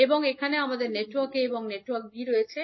সুতরাং এখানে আমাদের নেটওয়ার্ক a এবং নেটওয়ার্ক b রয়েছে